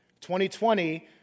2020